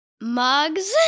Mugs